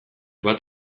bat